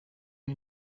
ari